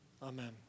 Amen